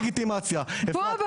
היעדר הלגיטימציה?